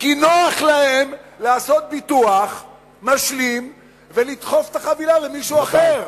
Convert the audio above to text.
כי נוח להן לעשות ביטוח משלים ולדחוף את החבילה למישהו אחר,